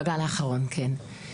בגל האחרון, כן.